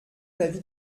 l’avis